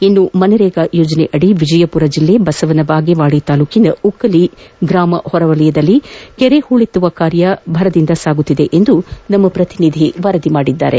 ಇನ್ನು ಮನರೇಗಾ ಯೋಜನೆಯಡಿ ವಿಜಯಪುರ ಜಿಲ್ಲೆ ಬಸವನ ಬಾಗೇವಾಡಿ ತಾಲ್ಲೂಕಿನ ಉಕ್ಕಲಿ ಗ್ರಾಮ ಹೊರವಲಯದಲ್ಲಿ ಕೆರೆ ಹೂಳೆತ್ತುವ ಕಾರ್ಯ ಭರದಿಂದ ಸಾಗುತ್ತಿದೆ ಎಂದು ನಮ್ಮ ಪ್ರತಿನಿಧಿ ವರದಿ ಮಾಡಿದ್ದಾರೆ